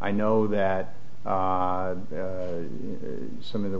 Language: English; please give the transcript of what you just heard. i know that some of the